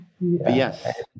Yes